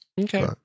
Okay